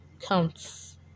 counts